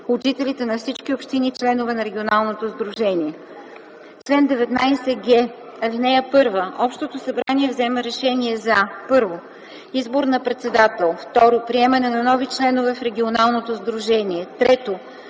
жителите на всички общини, членове на регионалното сдружение. Чл. 19г. (1) Общото събрание взема решения за: 1. избор на председател; 2. приемане на нови членове в регионалното сдружение;